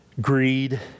greed